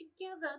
together